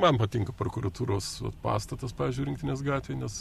man patinka prokuratūros vat pastatas pavyzdžiui rinktinės gatvėj nes